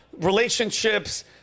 relationships